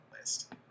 list